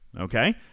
Okay